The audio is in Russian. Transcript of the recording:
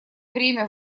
время